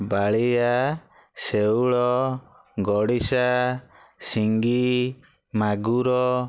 ବାଳିଆ ଶେଉଳ ଗଡ଼ିସା ସିଙ୍ଗି ମାଗୁର